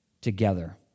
together